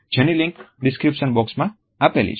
જેની link description બોક્સમાં આપેલ છે